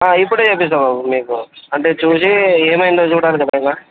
ఇప్పుడే చేయిస్తా బాబు మీకు అంటే చూసి ఏమైందో చూడాలి కదా ఇక